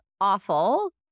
awful